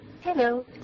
Hello